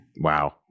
Wow